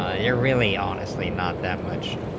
a yeah really honestly not that much,